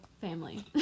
family